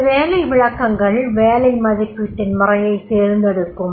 இந்த வேலை விளக்கங்கள் வேலை மதிப்பீட்டின் முறையைத் தேர்ந்தெடுக்கும்